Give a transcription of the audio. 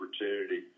opportunity